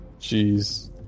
jeez